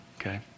Okay